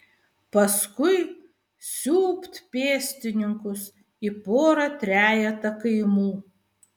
paskui siūbt pėstininkus į porą trejetą kaimų